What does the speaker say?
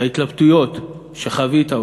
ההתלבטויות שחווית,